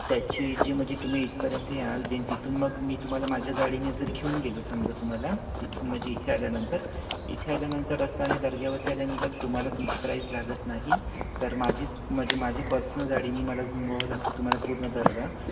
त्याची जी म्हणजे तुम्ही इथपर्यंत याल देन तिथून मग मी तुम्हाला माझ्या गाडीने जर घेऊन गेलो समजा तुम्हाला तिथून म्हणजे इथे आल्यानंतर इथे आल्यानंतर असं आहे दर्ग्यावरती आल्यानंतर तुम्हाला तुमची प्राईज लागत नाही तर माझीच म्हणजे माझ्या पर्सनल गाडीनी मला घुमवावं लागते तुम्हाला पूर्ण दर्गा